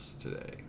today